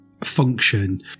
function